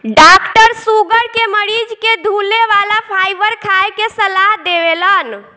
doctor sugar के मरीज के धुले वाला फाइबर खाए के सलाह देवेलन